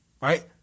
right